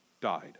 died